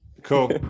Cool